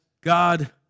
God